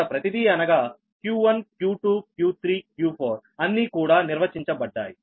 ఇక్కడ ప్రతిదీ అనగా q1q2 q3 q4 అన్నీ కూడా నిర్వచించబడ్డాయి